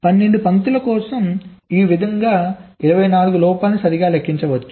12 పంక్తుల కోసం ఈ విధంగా 24 లోపాలను సరిగ్గా లెక్కించవచ్చు